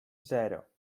zero